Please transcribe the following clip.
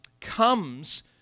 comes